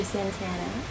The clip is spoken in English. Santana